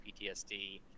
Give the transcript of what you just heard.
PTSD